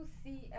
see